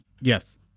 Yes